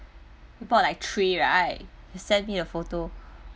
you bought like three right you send me a photo